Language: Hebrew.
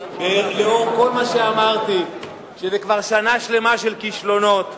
לאור כל מה שאמרתי, אחרי שנה שלמה של כישלונות,